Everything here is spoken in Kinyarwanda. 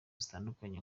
zitandukanye